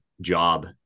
job